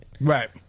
Right